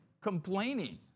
complaining